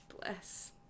Bless